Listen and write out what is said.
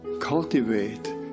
cultivate